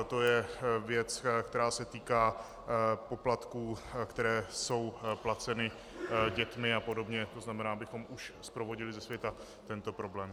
To je věc, která se týká poplatků, které jsou placeny dětmi apod., to znamená, abychom už sprovodili ze světa tento problém.